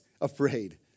afraid